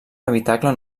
habitacle